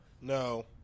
No